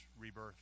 rebirth